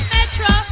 Metro